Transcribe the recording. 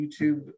YouTube